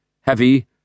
heavy